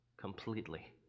completely